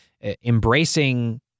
embracing